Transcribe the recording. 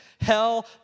hell